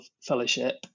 Fellowship